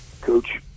coach